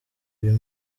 uyu